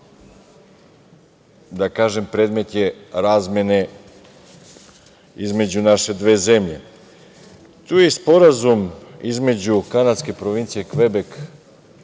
a predmet je razmene između naše dve zemlje. Tu je i sporazum između kanadske provincije Kvebek